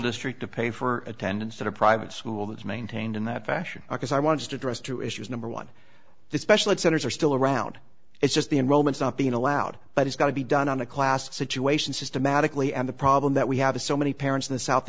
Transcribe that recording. district to pay for attendance at a private school that is maintained in that fashion because i wanted to address two issues number one the specialist centers are still around it's just the enrollments not being allowed but it's got to be done on a class situation systematically and the problem that we have so many parents in the south